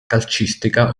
calcistica